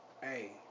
hey